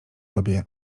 tobie